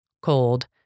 cold